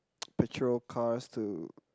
put your cars to